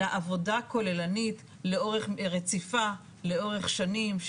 אלא עבודה כוללנית רציפה לאורך שנים,